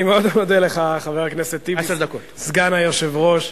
אני מאוד מודה לך, חבר הכנסת טיבי, סגן היושב-ראש.